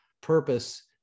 purpose